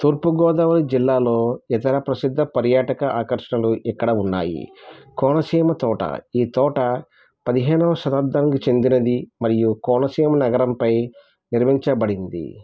తూర్పుగోదావరి జిల్లాలో ఇతర ప్రసిద్ధ పర్యాటక ఆకర్షణలు ఇక్కడ ఉన్నాయి కోనసీమ తోట ఈ తోట పదిహేనొవ శతాబ్దానికి చెందినది మరియు కోనసీమ నగరంపై నిర్మించబడింది